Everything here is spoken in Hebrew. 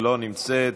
לא נמצאת,